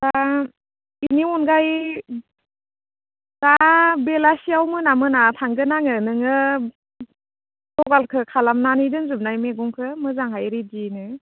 दा बेनि अनगायै दा बेलासियाव मोना मोना थांगोन आङो नोङो जगारखो खालामनानै दोनजोबनाय मैगंखौ मोजाङै रेडिनो